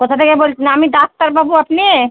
কোথা থেকে বলছেন আমি ডাক্তারবাবু আপনি